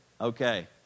okay